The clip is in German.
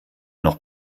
noch